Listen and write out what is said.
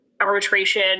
arbitration